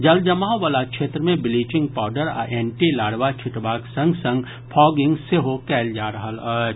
जलजमाव वला क्षेत्र मे ब्लीचिंग पाउडर आ एन्टी लार्वा छिटबाक संग संग फॉगिंग सेहो कयल जा रहल अछि